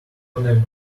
wannabe